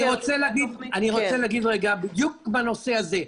אני רוצה להגיד רגע בדיוק בנושא הזה,